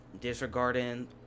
disregarding